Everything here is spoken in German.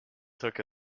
drücke